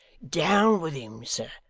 down with him, sir.